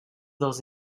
dels